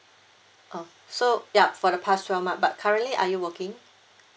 oh so yup for the past twelve month but currently are you working